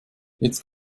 jetzt